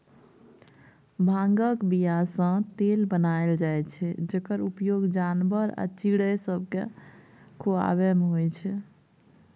भांगक बीयासँ तेल बनाएल जाइ छै जकर उपयोग जानबर आ चिड़ैं सबकेँ खुआबैमे होइ छै